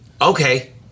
okay